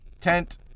tent